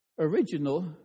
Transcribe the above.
original